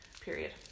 Period